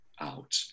out